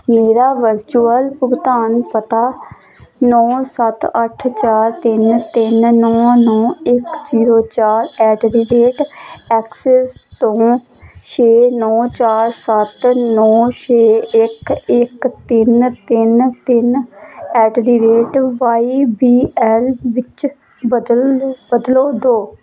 ਮੇਰਾ ਵਰਚੁਆਲ ਭੁਗਤਾਨ ਪਤਾ ਨੌਂ ਸੱਤ ਅੱਠ ਚਾਰ ਤਿੰਨ ਤਿੰਨ ਨੌਂ ਨੌਂ ਇੱਕ ਜੀਰੋ ਚਾਰ ਐਟ ਦੀ ਰੇਟ ਐਕਸਿਸ ਤੋਂ ਛੇ ਨੌਂ ਚਾਰ ਸੱਤ ਨੌਂ ਛੇ ਇੱਕ ਇੱਕ ਤਿੰਨ ਤਿੰਨ ਤਿੰਨ at the rate Y B L ਵਿੱਚ ਬਦਲ ਬਦਲੋ ਦਿਓ